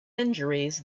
injuries